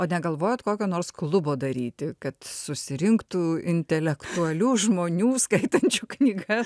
o negalvojote kokio nors klubo daryti kad susirinktų intelektualių žmonių skaitančių knygas